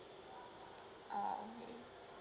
ah okay